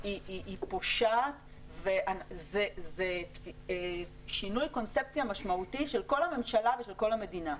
היא פושעת וזה שינוי קונספציה משמעותי של כל הממשלה ושל כל המדינה.